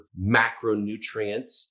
macronutrients